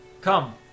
come